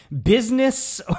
business